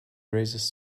raises